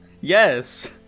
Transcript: Yes